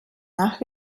nach